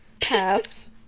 Pass